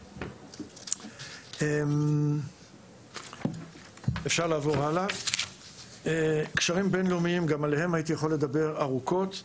גם על קשרים בינלאומיים הייתי יכול לדבר ארוכות.